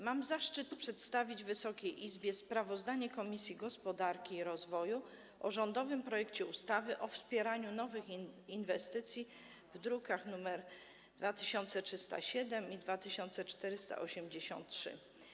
Mam zaszczyt przedstawić Wysokiej Izbie sprawozdanie Komisji Gospodarki i Rozwoju o rządowym projekcie ustawy o wspieraniu nowych inwestycji, druki nr 2307 i 2483.